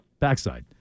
backside